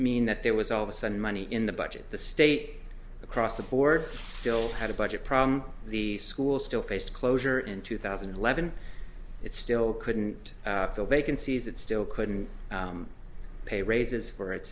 mean that there was all of a sudden money in the budget the state across the board still had a budget problem the school still faced closure in two thousand and eleven it still couldn't fill vacancies it still couldn't pay raises for its